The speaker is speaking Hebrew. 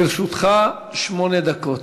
לרשותך שמונה דקות.